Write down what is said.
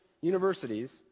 universities